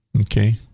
okay